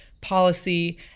policy